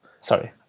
sorry